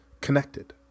connected